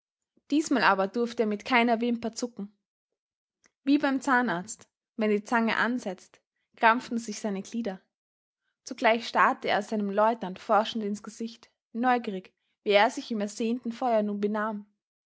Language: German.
diesmal aber durfte er mit keiner wimper zucken wie beim zahnarzt wenn die zange ansetzt krampften sich seine glieder zugleich starrte er seinem leutnant forschend ins gesicht neugierig wie er sich im ersehnten feuer nun benahm